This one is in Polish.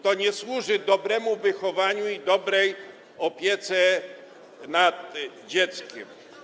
To nie służy dobremu wychowaniu dziecka i dobrej opiece nad dzieckiem.